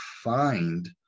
find